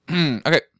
Okay